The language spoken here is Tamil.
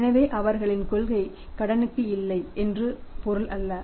எனவே அவர்களின் கொள்கை கடனுக்கு இல்லை என்று பொருள் அல்ல